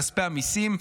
כספי המיסים,